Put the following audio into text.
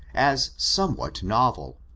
as somewhat novel,